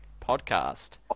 podcast